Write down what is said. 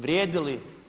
Vrijedi li?